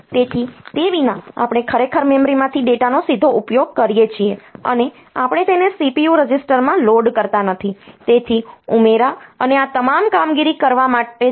તેથી તે વિના આપણે ખરેખર મેમરીમાંથી ડેટાનો સીધો ઉપયોગ કરીએ છીએ અને આપણે તેને CPU રજિસ્ટરમાં લોડ કરતા નથી તેથી ઉમેરા અને આ તમામ કામગીરી કરવા માટે છે